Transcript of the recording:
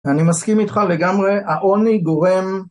אני מסכים איתך לגמרי, העוני גורם